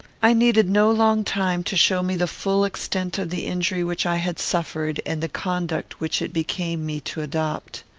i needed no long time to show me the full extent of the injury which i had suffered and the conduct which it became me to adopt.